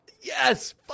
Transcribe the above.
Yes